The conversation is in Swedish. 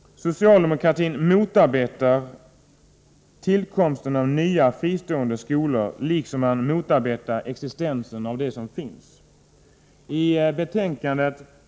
Socialdemokratin motarbetar tillkomsten av nya, fristående skolor, liksom man motarbetar existensen av dem som finns.